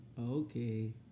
Okay